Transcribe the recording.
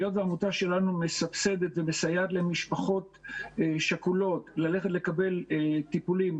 היות שהעמותה שלנו מסבסדת ומסייעת למשפחות שכולות לקבל טיפולים,